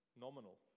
nominal